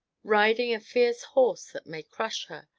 riding a fierce horse that may crush her,